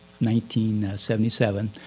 1977